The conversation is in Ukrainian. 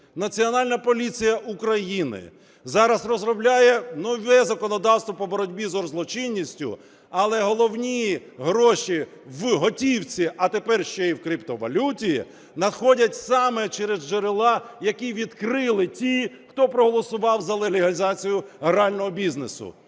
Національна поліція України зараз розробляє нове законодавство по боротьбі з оргзлочинністю, але головні гроші в готівці, а тепер ще і в криптовалюті надходять саме через джерела, які відкрили ті, хто проголосував за легалізацію грального бізнесу.